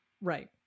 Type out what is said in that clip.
Right